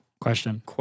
Question